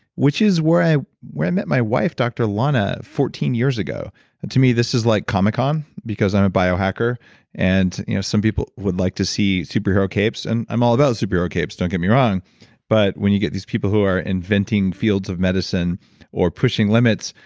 which is where i where i met my wife, dr. lana, fourteen years ago and to me, this is like comic-con because i'm a biohacker and you know some people would like to see superhero capes. and i'm all about the superhero capes, don't get me wrong but when you get these people who are inventing fields of medicine or pushing limits,